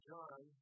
John